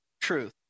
truth